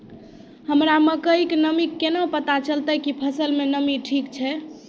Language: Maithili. हमरा मकई के नमी के पता केना चलतै कि फसल मे नमी ठीक छै?